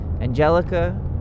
Angelica